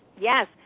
Yes